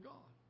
God